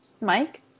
Mike